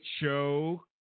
show